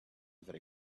very